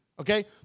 okay